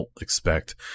expect